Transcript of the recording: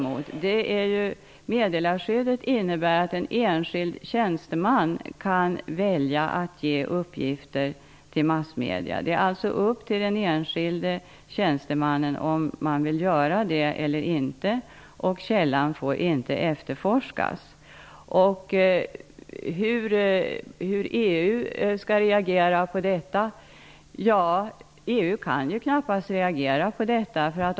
Meddelarskyddet innebär att en enskild tjänsteman kan välja att ge uppgifter till massmedierna Det är alltså upp till den enskilde tjänstemannen att göra det eller inte, och källan får inte efterforskas. Hur skall EU reagera på detta? EU kan knappast reagera på detta.